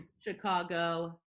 *Chicago*